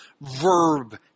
verb